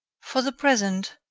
for the present,